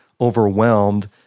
overwhelmed